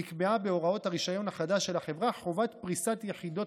נקבעה בהוראות הרישיון החדש של החברה חובת פריסת יחידות